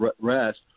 rest